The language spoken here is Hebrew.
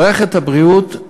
מערכת הבריאות,